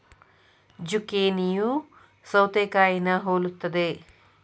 ಜುಕೇನಿಯೂ ಸೌತೆಕಾಯಿನಾ ಹೊಲುತ್ತದೆ